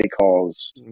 calls